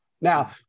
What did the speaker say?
Now